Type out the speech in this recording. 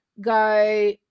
go